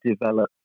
develop